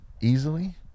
easily